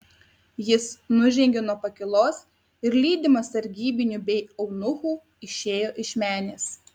jis nužengė nuo pakylos ir lydimas sargybinių bei eunuchų išėjo iš menės